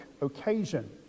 occasion